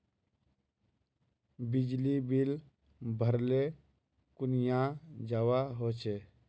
बिजली बिल भरले कुनियाँ जवा होचे?